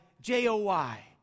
J-O-Y